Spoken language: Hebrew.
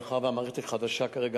מאחר שהמערכת היא חדשה כרגע,